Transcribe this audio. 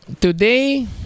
today